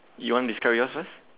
you want discuss yours first